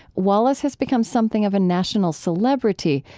wallis has become something of a national celebrity,